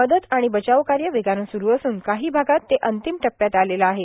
मदत आणि बचाव कर्य वेगानं सुरू असून काही भागात ते अंतिम टप्प्यात आलेलं आहे